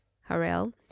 Harel